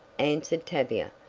answered tavia,